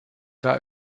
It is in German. war